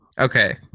Okay